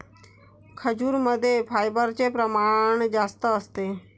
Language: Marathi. खजूरमध्ये फायबरचे प्रमाण जास्त असते